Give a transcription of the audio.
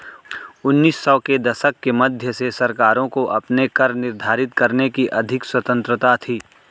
उन्नीस सौ के दशक के मध्य से सरकारों को अपने कर निर्धारित करने की अधिक स्वतंत्रता थी